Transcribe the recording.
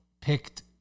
picked